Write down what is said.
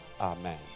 amen